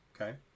Okay